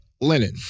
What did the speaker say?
linen